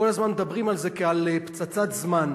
כל הזמן מדברים על זה כעל פצצת זמן,